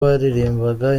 baririmbaga